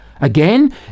Again